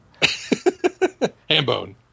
Hambone